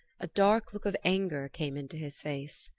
a dark look of anger came into his face.